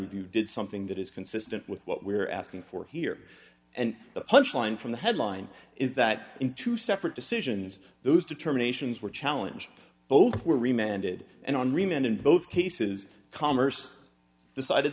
review did something that is consistent with what we're asking for here and the punch line from the headline is that in two separate decisions those determinations were challenge both were remained it and on remand in both cases commerce decided